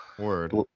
word